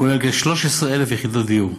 הכולל כ-13,000 יחידות דיור: